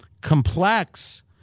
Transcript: complex